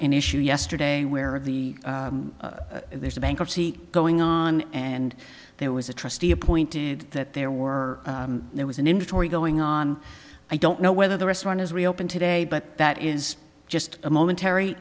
an issue yesterday where the there's a bankruptcy going on and there was a trustee appointed that there were there was an inventory going on i don't know whether the restaurant is reopened today but that is just a momentary